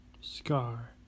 Scar